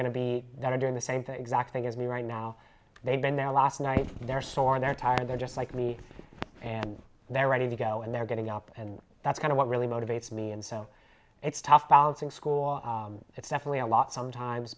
going to be that are doing the same thing exact thing as me right now they've been there last night they're sore they're tired they're just like me and they're ready to go and they're getting up and that's kind of what really motivates me and so it's tough balancing school it's definitely a lot sometimes